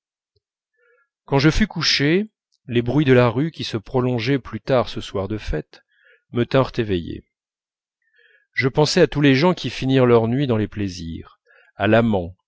quand je fus couché les bruits de la rue qui se prolongeaient plus tard ce soir de fête me tinrent éveillé je pensais à tous les gens qui finiraient leur nuit dans les plaisirs à l'amant